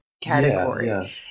category